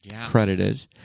credited